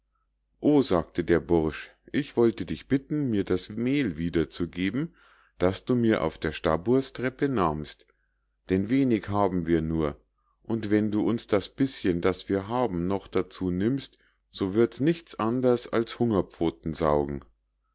o sagte der bursch ich wollte dich bitten mir das mehl wiederzugeben das du mir auf der staburstreppe nahmst denn wenig haben wir nur und wenn du uns das bischen das wir haben noch dazu nimmst so wird's nichts anders als